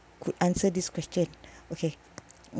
could answer this question okay